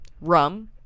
rum